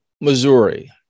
Missouri